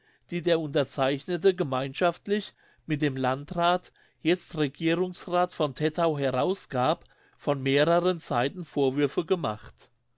die der unterzeichnete gemeinschaftlich mit dem landrath jetzt regierungsrath von tettau herausgab von mehreren seiten vorwürfe gemacht